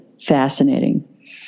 fascinating